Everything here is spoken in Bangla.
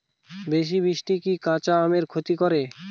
বেশি বৃষ্টি কি কাঁচা আমের ক্ষতি করে?